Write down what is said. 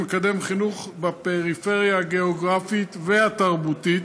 מקדם חינוך בפריפריה הגיאוגרפית והתרבותית,